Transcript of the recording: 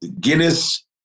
Guinness